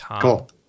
Cool